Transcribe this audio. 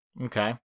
okay